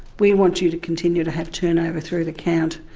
we want you to continue to have turnover through the account,